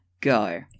go